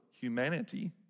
humanity